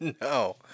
No